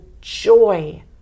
joy